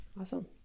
Awesome